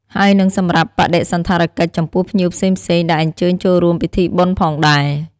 ហើយនិងសម្រាប់បដិសណ្ឋារកិច្ចចំពោះភ្ញៀវផ្សេងៗ ដែលអញ្ជើញចូលរួមពិធីបុណ្យផងដែរ។